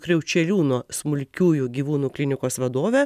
kriaučeliūno smulkiųjų gyvūnų klinikos vadovę